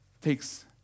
takes